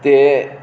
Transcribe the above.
ते